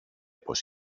πως